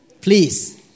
Please